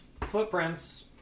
footprints